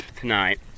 Tonight